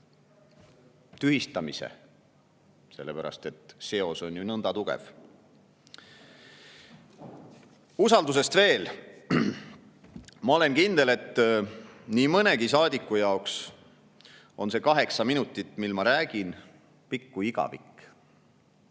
tühistamise, sellepärast et seos on ju nõnda tugev? Usaldusest veel. Ma olen kindel, et nii mõnegi saadiku jaoks on see kaheksa minutit, mil ma räägin, pikk kui igavik,